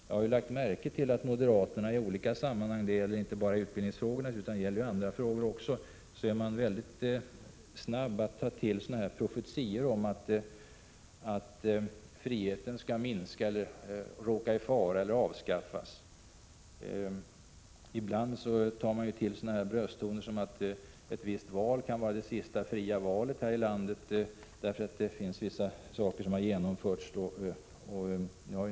Jag har lagt märke till att moderaterna i olika sammanhang, inte bara i utbildningsfrågorna utan även i andra frågor, är mycket snabba att komma med profetior om att friheten skall råka i fara, minska eller avskaffas. Ibland tar man till brösttoner, som att ett visst val kan vara det sista fria valet här i landet, på grund av att vissa åtgärder har genomförts eller skall genomföras.